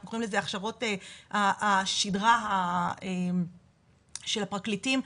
אנחנו קוראים לזה "הכשרות השדרה של הפרקליטים".